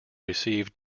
receive